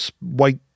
white